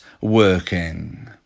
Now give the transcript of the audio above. working